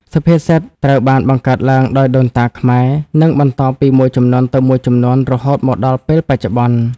សុភាសិតត្រូវបានបង្កើតឡើងដោយដូនតាខ្មែរ និងបន្តពីមួយជំនន់ទៅមួយជំនន់រហូតមកដល់ពេលបច្ចុប្បន្ន។